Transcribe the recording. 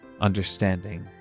understanding